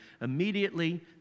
immediately